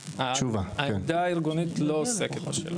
העמדה הארגונית לא עוסקת בשאלה.